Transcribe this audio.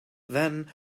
then